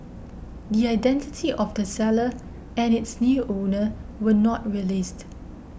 the identity of the seller and its new owner were not released